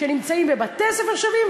שנמצאים בבתי-ספר שווים,